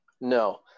No